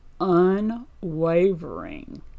unwavering